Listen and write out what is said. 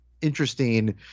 interesting